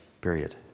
period